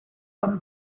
com